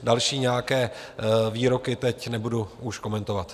Další nějaké výroky teď nebudu už komentovat.